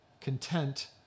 content